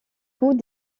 coûts